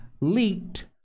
leaked